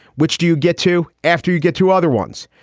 which do you get to after you get to other ones?